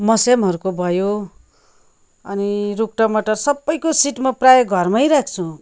मस्यामहरूको भयो अनि रुख टमाटर सबैको सिड म प्रायः घरमै राख्छु